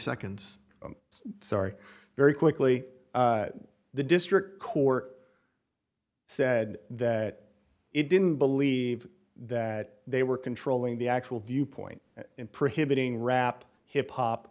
seconds i'm sorry very quickly the district court said that it didn't believe that they were controlling the actual viewpoint in prohibiting rap hip hop